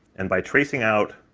and by tracing out